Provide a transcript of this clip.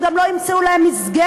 הם גם לא ימצאו להם מסגרת.